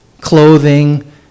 clothing